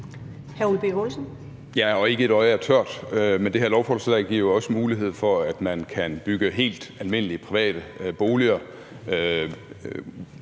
Birk Olesen (LA): Ja, og ikke et øje er tørt, men det her lovforslag giver jo også mulighed for, at man kan bygge helt almindelige private boliger